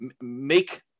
make